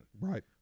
Right